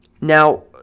Now